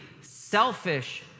selfish